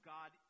God